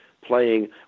playing